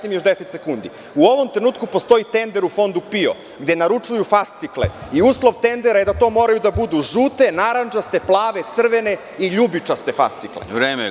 U ovom trenutku postoji tender u Fondu PIO gde naručuju fascikle i uslov tendera je da to moraju da budu žute, narandžaste, plave, crvene i ljubičaste fascikle.